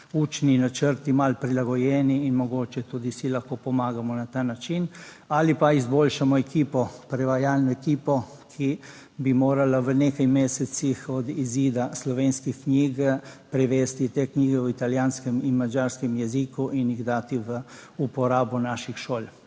učni načrti malo prilagojeni in mogoče tudi si lahko pomagamo na ta način ali pa izboljšamo ekipo, prevajalne ekipo, ki bi morala v nekaj mesecih od izida slovenskih knjig prevesti te knjige v italijanskem in madžarskem jeziku in jih dati v uporabo naših šol.